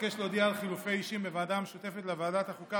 אבקש להודיע על חילופי אישים בוועדה המשותפת לוועדת החוקה,